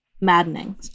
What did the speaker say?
maddening